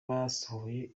basohoye